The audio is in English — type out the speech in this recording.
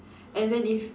and then if